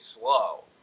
slow